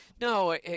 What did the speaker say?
No